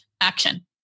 action